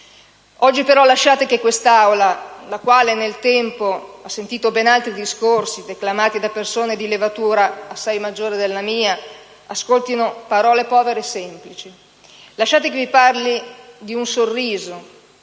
Oggi, però, lasciate che quest'Aula, che nel tempo ha sentito ben altri discorsi, declamati da persone di levatura assai maggiore della mia, ascolti parole povere e semplici. Lasciate che vi parli di un sorriso,